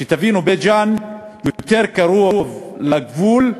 שתבינו, בית-ג'ן יותר קרוב לגבול ממעלות,